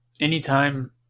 Anytime